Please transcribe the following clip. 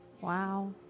Wow